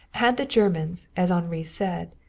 had the germans, as henri said,